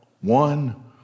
one